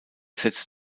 setzt